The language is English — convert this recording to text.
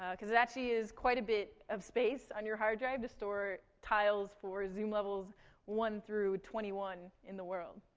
ah cause it actually is quite a bit of space on your hard drive to store tiles for zoom levels one twenty one in the world.